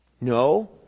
No